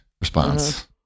response